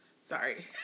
Sorry